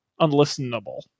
unlistenable